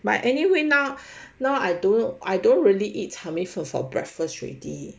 but anyway now now I don't know I don't really eat 炒米粉 for for breakfast already